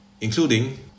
Including